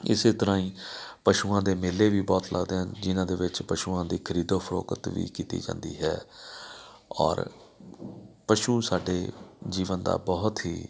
ਇਸ ਤਰ੍ਹਾਂ ਹੀ ਪਸ਼ੂਆਂ ਦੇ ਮੇਲੇ ਵੀ ਬਹੁਤ ਲੱਗਦੇ ਹਨ ਜਿਨ੍ਹਾਂ ਦੇ ਵਿੱਚ ਪਸ਼ੂਆਂ ਦੀ ਖਰੀਦੋ ਫਰੋਖਤ ਵੀ ਕੀਤੀ ਜਾਂਦੀ ਹੈ ਔਰ ਪਸ਼ੂ ਸਾਡੇ ਜੀਵਨ ਦਾ ਬਹੁਤ ਹੀ